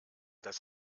das